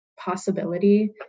Possibility